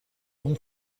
اون